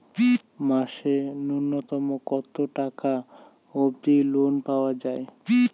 মাসে নূন্যতম কতো টাকা অব্দি লোন পাওয়া যায়?